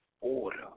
order